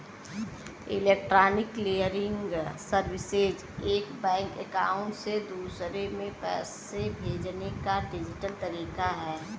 electronic clearing services एक bank account से दूसरे में पैसे भेजने का डिजिटल तरीका है